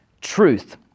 truth